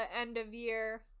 end-of-year